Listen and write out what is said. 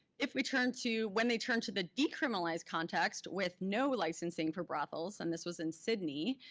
if we turn to when they turn to the decriminalized context with no licensing for brothels, and this was in sydney,